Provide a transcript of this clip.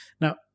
Now